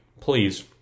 please